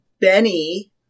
Benny